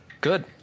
Good